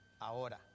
ahora